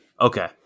Okay